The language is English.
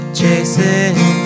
chasing